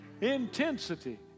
Intensity